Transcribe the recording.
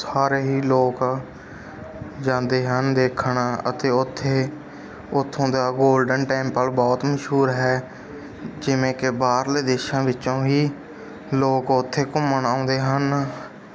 ਸਾਰੇ ਹੀ ਲੋਕ ਜਾਂਦੇ ਹਨ ਦੇਖਣ ਅਤੇ ਉੱਥੇ ਉੱਥੋਂ ਦਾ ਗੋਲਡਨ ਟੈਂਪਲ ਬਹੁਤ ਮਸ਼ਹੂਰ ਹੈ ਜਿਵੇਂ ਕਿ ਬਾਹਰਲੇ ਦੇਸ਼ਾਂ ਵਿੱਚੋਂ ਵੀ ਲੋਕ ਉੱਥੇ ਘੁੰਮਣ ਆਉਂਦੇ ਹਨ